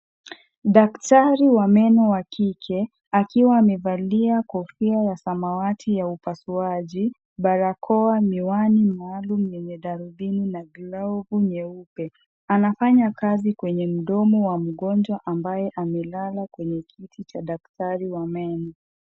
Daktari wa meno wa kike akiwa amevalia kofia ya samawati ya upasuaji, barakoa, miwani maalum yenye darubini na glovu nyeupe. Anafanya kazi kwenye mdomo wa mgonjwa, ambaye amelala kwenye kiti cha daktari wa meno.